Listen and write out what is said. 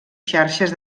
xarxes